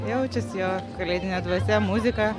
jaučias jo kalėdinė dvasia muzika